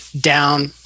down